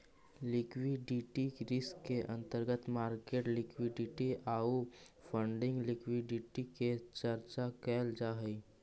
liquidity risk के अंतर्गत market liquidity आउ फंडिंग लिक्विडिटी के चर्चा कैल जा हई